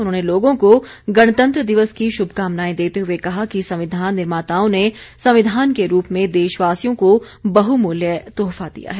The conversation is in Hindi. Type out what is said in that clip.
उन्होंने लोगों को गणतंत्र दिवस की शुभकामनाएं देते हुए कहा कि संविधान निर्माताओं ने संविधान के रूप में देशवासियों को बहुमूल्य तोहफा दिया है